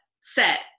set